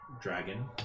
dragon